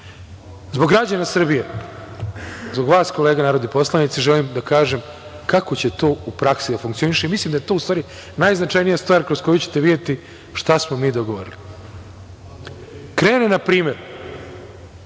građana Srbije, zbog vas kolega narodni poslanici želim da kažem kako će to u praksi da funkcioniše. Mislim da je to, u stvari, najznačajnija stvar kroz koju ćete videti šta smo mi dogovorili. Krene npr,